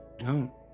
No